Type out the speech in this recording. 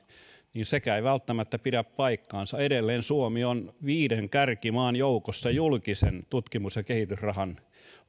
mutta sekään ei välttämättä pidä paikkaansa edelleen suomi on viiden kärkimaan joukossa julkisen tutkimus ja kehitysrahan